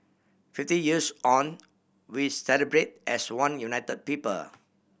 fifty years on we celebrate as one unit people